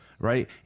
Right